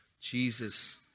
Jesus